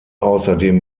außerdem